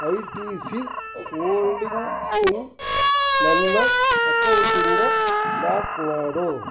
I T C ಹೋಲ್ಡಿಂಗ್ಸ್ನ ನನ್ನ ಅಕೌಂಟಿಂದ ಬ್ಲಾಕ್ ಮಾಡು